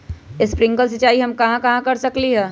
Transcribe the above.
Sprinkle सिंचाई हम कहाँ कहाँ कर सकली ह?